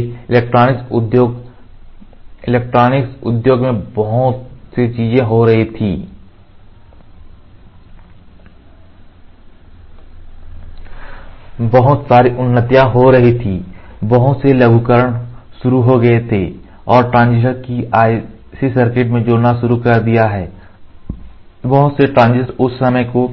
इसलिए इलेक्ट्रॉनिक उद्योग इलेक्ट्रॉनिक उद्योग में बहुत सी चीजें हो रही थीं बहुत सारी उन्नतिएं हो रही थीं बहुत से लघुकरण शुरू हो गए थे और ट्रांजिस्टर को आईसी सर्किट में जोड़ना शुरू कर दिया है बहुत से ट्रांजिस्टर उस समय को